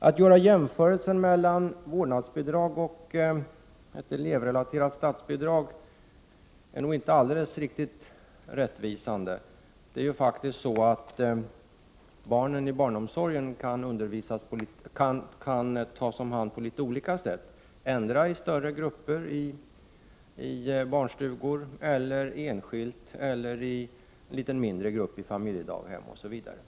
Att jämföra vårdnadsbidrag och ett elevrelaterat statsbidrag till skolan är noginte helt rättvisande. Det är faktiskt så att barnen i barnomsorgen kan tas om hand på litet olika sätt — endera i större grupper i barnstugor, enskilt, i en mindre grupp i familjedaghem osv.